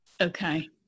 Okay